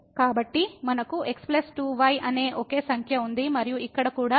కాబట్టి మనకు x 2y అనే ఒకే సంఖ్య ఉంది మరియు ఇక్కడ కూడా 3x 2 y ఉంది